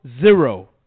zero